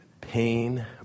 pain